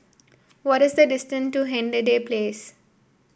what is the distance to Hindhede Place